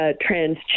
trans